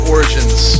Origins